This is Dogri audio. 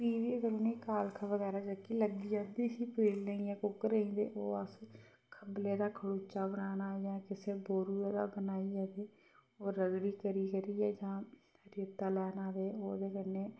फ्ही बी उनें कालख बगैरा जेह्की लग्गी जंदी ही पतीलें जा कुक्करें गी ओह् अस खब्बलै दा खड़ूचा बनाना जां किसै बोरु दा गै बनाइयै ते ओह् रगड़ी करी करियै जां रेता लैना ते ओह्दे कन्नै